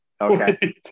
Okay